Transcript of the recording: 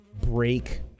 break